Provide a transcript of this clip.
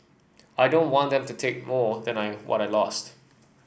I don't want them to take more than I what I lost